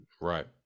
right